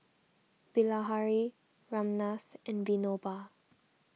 Bilahari Ramnath and Vinoba